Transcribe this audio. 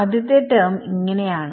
ആദ്യത്തെ ടെർമ് ആണ്